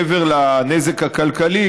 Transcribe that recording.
מעבר לנזק הכלכלי,